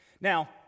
Now